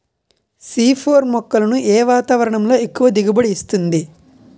C ఫోర్ మొక్కలను ఏ వాతావరణంలో ఎక్కువ దిగుబడి ఇస్తుంది?